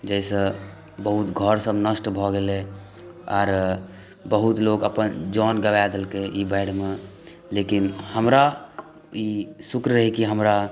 जाहिसँ बहुत घर सभ नष्ट भऽ गेलै आर बहुत लोक अपन जान गमा देलकै ई बाढ़िमे लेकिन हमरा ई शुक्र रहै कि हमरा